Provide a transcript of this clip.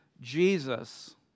Jesus